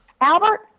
Albert